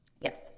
Yes